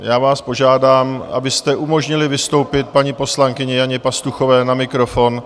Já vás požádám, abyste umožnili vystoupit paní poslankyni Janě Pastuchové na mikrofon.